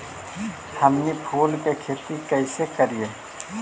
हमनी फूल के खेती काएसे करियय?